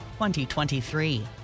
2023